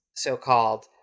so-called